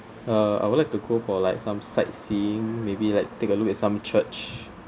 uh I would like to go for like some sightseeing maybe like take a look at some church